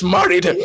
married